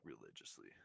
religiously